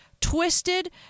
twisted